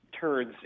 turns